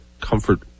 comfort